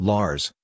Lars